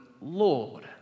Lord